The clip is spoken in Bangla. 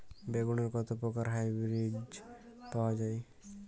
বেগুনের কত প্রকারের হাইব্রীড পাওয়া যায়?